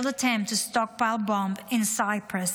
failed attempt to stockpile bombs in Cyprus,